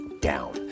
down